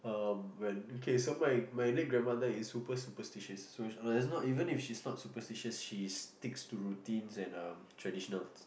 um when okay my my late grandmother is super superstitious so that's not even if she's not superstitious she sticks to routines and um traditionals